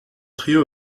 trio